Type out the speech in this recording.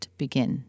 begin